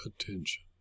attention